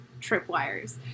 tripwires